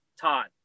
todd